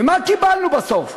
ומה קיבלנו בסוף?